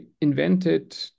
invented